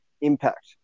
impact